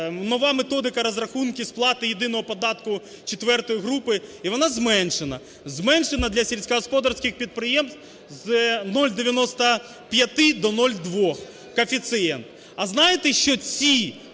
нова методика розрахунків сплати єдиного податку четвертої групи? І вона зменшена. Зменшена для сільськогосподарських підприємств з 0,95 до 0,2 коефіцієнт.